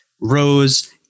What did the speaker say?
Rose